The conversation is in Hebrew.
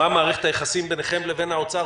מה מערכת היחסים ביניכם לבין האוצר,